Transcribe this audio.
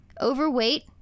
overweight